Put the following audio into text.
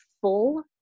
full